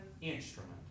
instrument